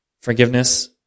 forgiveness